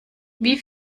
wie